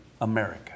America